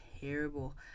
terrible